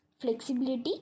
flexibility